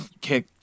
kick